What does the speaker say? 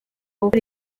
gukora